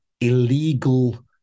illegal